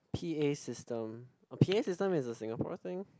P_A system a P_A system is a Singapore thing